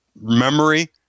memory